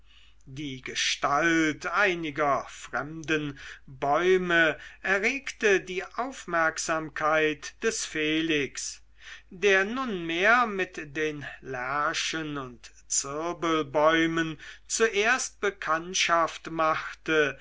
die gestalt einiger fremden bäume erregte die aufmerksamkeit des felix der nunmehr mit den lärchen und zirbelbäumen zuerst bekanntschaft machte